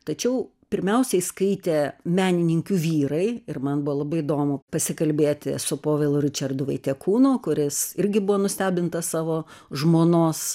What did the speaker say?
tačiau pirmiausiai skaitė menininkių vyrai ir man buvo labai įdomu pasikalbėti su povilu ričardu vaitiekūnu kuris irgi buvo nustebintas savo žmonos